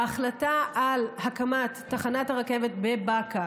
ההחלטה על הקמת תחנת הרכבת בבאקה,